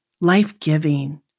life-giving